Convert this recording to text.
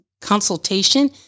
consultation